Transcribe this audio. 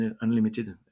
unlimited